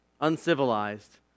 uncivilized